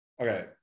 Okay